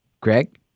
Greg